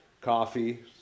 Coffee